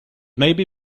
maybe